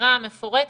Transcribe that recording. הסקירה המפורטת,